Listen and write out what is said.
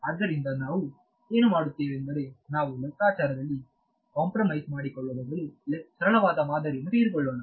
ಆದ್ದರಿಂದ ನಾವು ಏನು ಮಾಡುತ್ತೇವೆಂದರೆ ನಾವು ಲೆಕ್ಕಾಚಾರದಲ್ಲಿ ಕಾಂಪ್ರಮೈಸ್ ಮಾಡಿಕೊಳ್ಳುವ ಬದಲು ಸರಳವಾದ ಮಾದರಿಯನ್ನು ತೆಗೆದುಕೊಳ್ಳೋಣ